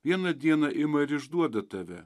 vieną dieną ima ir išduoda tave